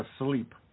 asleep